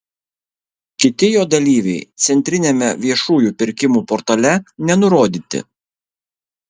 kiti jo dalyviai centriniame viešųjų pirkimų portale nenurodyti